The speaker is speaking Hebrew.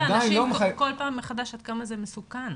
לאנשים כל פעם מחדש עד כמה זה מסוכן.